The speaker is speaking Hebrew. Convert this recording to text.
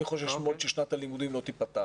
אני חושש מאוד ששנת הלימודים לא תיפתח,